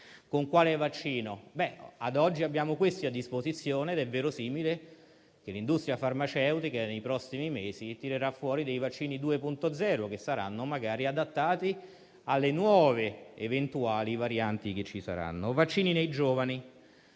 Con quale vaccino? Ad oggi abbiamo questi a disposizione ed è verosimile che l'industria farmaceutica nei prossimi mesi presenterà vaccini 2.0, che saranno magari adattati alle nuove, eventuali varianti che si presenteranno. Per i vaccini ai giovani